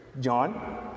John